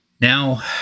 Now